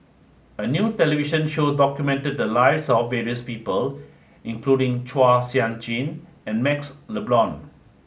a new television show documented the lives of various people including Chua Sian Chin and MaxLe Blond